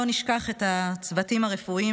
לא נשכח את הצוותים הרפואיים,